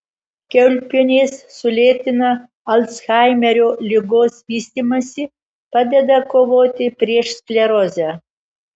kiaulpienės sulėtina alzhaimerio ligos vystymąsi padeda kovoti prieš sklerozę